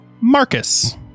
Marcus